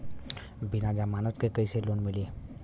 बिना जमानत क कइसे लोन मिली?